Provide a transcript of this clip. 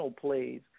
plays